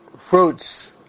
fruits